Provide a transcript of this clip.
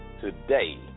Today